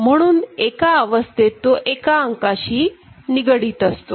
म्हणून एका अवस्थेत तो एका अंकाशी निगडीत असतो